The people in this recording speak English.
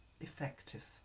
effective